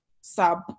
sub